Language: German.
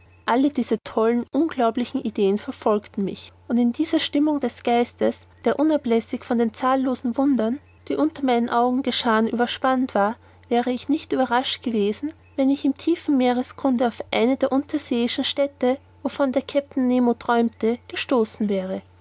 alle diese tollen unglaublichen ideen verfolgten mich und in dieser stimmung des geistes der unablässig von den zahllosen wundern die unter meinen augen geschahen überspannt war wäre ich nicht überrascht gewesen wenn ich im tiefen meeresgrunde auf eine der unterseeischen städte wovon der kapitän nemo träumte gestoßen wäre